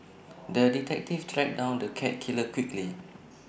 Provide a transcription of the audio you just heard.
the detective tracked down the cat killer quickly